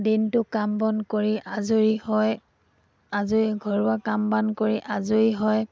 দিনটো কাম বন কৰি আজৰি হৈ আজৰি ঘৰুৱা কাম বন কৰি আজৰি হৈ